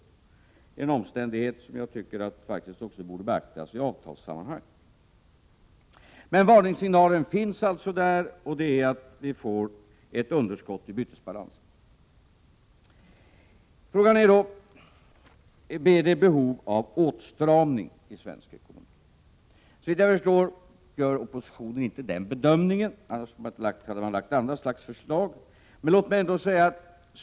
Det är en omständighet som jag tycker borde beaktas också i avtalssammanhang. Det finns emellertid en varningssignal, nämligen att vi kan få ett underskott i bytesbalansen. Frågan är då om det uppkommer ett behov av åtstramning i svensk ekonomi. Såvitt jag förstår gör oppositionen inte den bedömningen. Skulle den ha gjort det hade den lagt fram ett annat förslag.